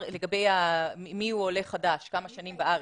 לגבי מי הוא עולה חדש, כמה שנים הוא בארץ.